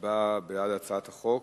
הצבעה בעד הצעת החוק.